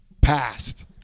past